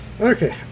Okay